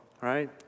right